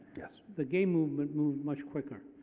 yes. the gay movement moved much quicker.